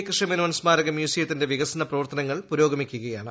കൃഷ്ണമേനോൻ സ്മാരക മ്യൂസിയത്തിന്റെ വികസനപ്രവർത്തന ങ്ങൾ പുരോഗമിക്കുകയാണ്